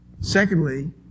Secondly